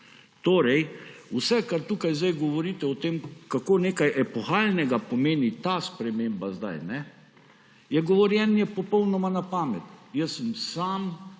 Torej vse, kar tukaj sedaj govorite o tem, kako nekaj epohalnega pomeni ta sprememba sedaj, je govorjenje popolnoma na pamet. Jaz sem sam